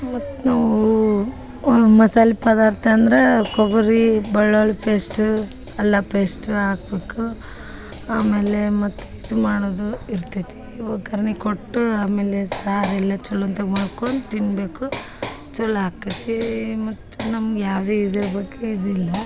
ಮತ್ತೆ ನಾವು ಮಸಾಲೆ ಪದಾರ್ಥ ಅಂದ್ರ ಕೊಬ್ಬರಿ ಬೆಳ್ಳುಳ್ಳಿ ಪೇಸ್ಟ ಅಲ್ಲ ಪೇಸ್ಟ ಹಾಕ್ಬೇಕು ಆಮೇಲೆ ಮತ್ತೆ ಇದು ಮಾಡುದು ಇರ್ತೈತಿ ಒಗ್ಗರ್ಣಿ ಕೊಟ್ಟು ಆಮೇಲೆ ಸಾರೆಲ್ಲ ಚಲೋ ಒಂತಾಗ ಮಾಡ್ಕೊಂದ ತಿನ್ನಬೇಕು ಚಲೋ ಆಕ್ತೈತಿ ಮತ್ತೆ ನಮ್ಗ ಯಾವುದೇ ಇದ್ರ ಬಗ್ಗೆ ಇದಿಲ್ಲ